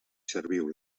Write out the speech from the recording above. serviu